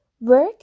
work